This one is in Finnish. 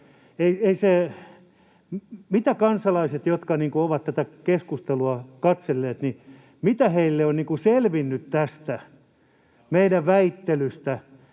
Mitä kansalaisille, jotka ovat tätä keskustelua katselleet, on selvinnyt tästä meidän väittelystämme